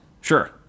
Sure